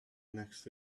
next